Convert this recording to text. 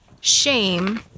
shame